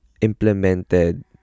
implemented